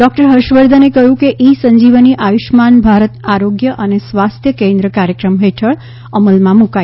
doctor ફર્ષવર્ધને કહ્યું કે ઈ સંજીવની આયુષ્યમાન ભારત આરોગ્ય અને સ્વાસ્થ્ય કેન્દ્ર કાર્યક્રમ હેઠળ અમલમાં મુકાઈ છે